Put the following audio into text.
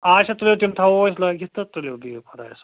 اَچھا تُلِو تیٚلہِ تھاوو أسۍ لٲگِتھ تہٕ تُلِو بِہِو خۄدایس حوال